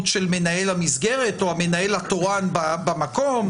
של מנהל המסגרת או המנהל התורן במקום,